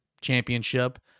championship